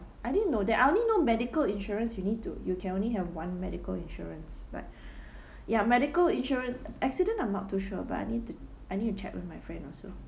I didn't know that I only know medical insurance you need to you can only have one medical insurance but ya medical insurance accident I'm not too sure but I need to I need to check with my friend also